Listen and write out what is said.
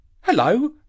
Hello